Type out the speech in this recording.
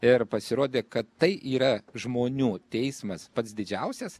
ir pasirodė kad tai yra žmonių teismas pats didžiausias